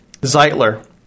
Zeitler